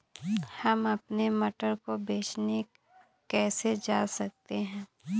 हम अपने मटर को बेचने कैसे जा सकते हैं?